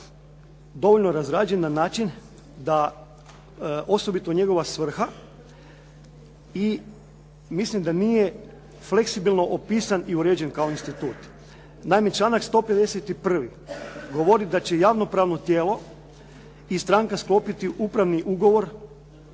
dovoljno razrađen na način da osobito njegova svrha i mislim da nije fleksibilno opisan i uređen kao institut. Naime, članak 151. govori da će javnopravno tijelo i stranka sklopiti upravni ugovor